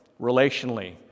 relationally